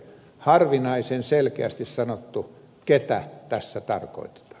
harvinaisen selkeästi sanottu ketä tässä tarkoitetaan